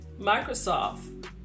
Microsoft